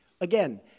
again